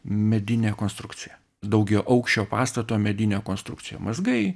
medinė konstrukcija daugiaaukščio pastato medinė konstrukcija mazgai